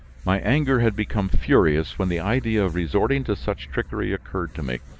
my anger had become furious when the idea of resorting to such trickery occurred to me.